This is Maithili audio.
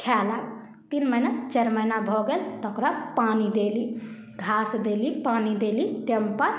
खाइ लागल तीन महिना चारि महिना भऽ गेल तऽ ओकरा पानी देली घास देली पानी देली टाइमपर